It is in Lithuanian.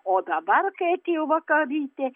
o dabar kai atėjo vakarytė